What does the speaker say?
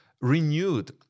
renewed